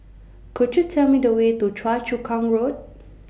Could YOU Tell Me The Way to Choa Chu Kang Road